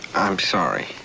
i'm sorry.